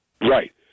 Right